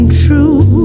true